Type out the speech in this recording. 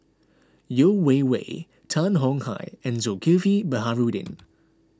Yeo Wei Wei Tan Tong Hye and Zulkifli Baharudin